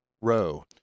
row